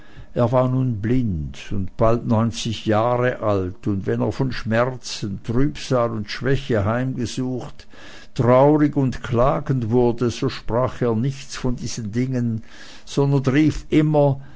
er war nun blind und bald neunzig jahre alt und wenn er von schmerzen trübsal und schwäche heimgesucht traurig und klagend wurde so sprach er nichts von diesen dingen sondern rief immer